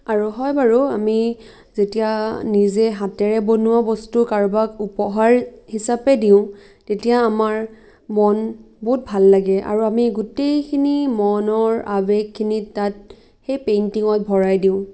আৰু হয় বাৰু আমি যেতিয়া নিজে হাতেৰে বনোৱা বস্তু কাৰোবাক উপহাৰ হিচাপে দিওঁ তেতিয়া আমাৰ মন বহুত ভাল লাগে আৰু আমি গোটেইখিনি মনৰ আৱেগখিনি তাত সেই পেইন্টিঙত ভৰাই দিওঁ